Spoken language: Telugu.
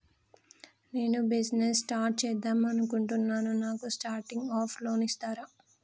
నేను బిజినెస్ స్టార్ట్ చేద్దామనుకుంటున్నాను నాకు స్టార్టింగ్ అప్ లోన్ ఇస్తారా?